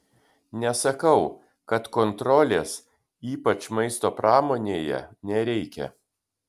nesakau kad kontrolės ypač maisto pramonėje nereikia